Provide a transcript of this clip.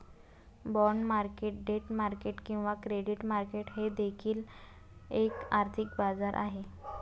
bond market debt market किंवा credit market हे देखील एक आर्थिक बाजार आहे